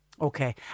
Okay